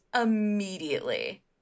immediately